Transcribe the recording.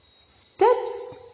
Steps